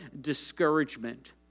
discouragement